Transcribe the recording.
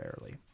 rarely